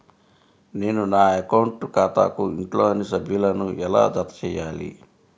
నేను నా అకౌంట్ ఖాతాకు ఇంట్లోని సభ్యులను ఎలా జతచేయాలి?